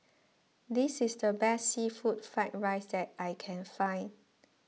this is the best Seafood Fried Rice that I can find